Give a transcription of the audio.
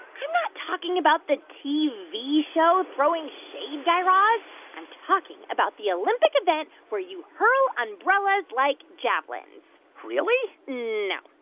i'm not talking about the tv show throwing shade, guy raz i'm talking about the olympic event where you hurl umbrellas like javelins really? no.